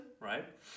right